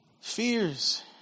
fears